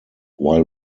while